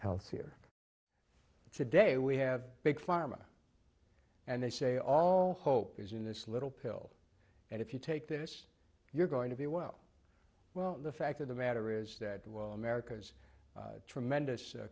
healthier today we have big pharma and they say all hope is in this little pill and if you take this you're going to be well well the fact of the matter is dead well america's tremendous